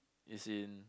is in